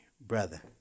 brother